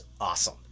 awesome